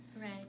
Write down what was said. Right